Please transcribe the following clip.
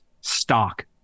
stock